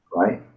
Right